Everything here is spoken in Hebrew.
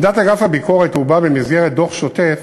עמדת אגף הביקורת הובעה במסגרת דוח שוטף